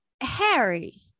Harry